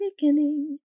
beginning